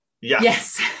Yes